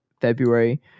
February